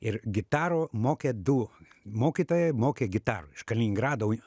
ir gitarų mokė du mokytojai mokė gitarų kaliningrado